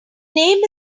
name